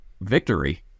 victory